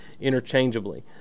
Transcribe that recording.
interchangeably